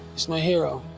she's my hero.